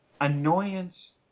annoyance